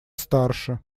старше